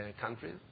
countries